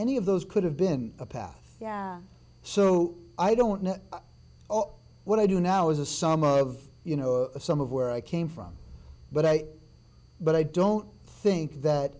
any of those could have been a path so i don't know what i do now is a some of you know some of where i came from but i but i don't think that